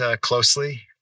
closely